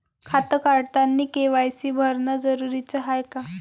खातं काढतानी के.वाय.सी भरनं जरुरीच हाय का?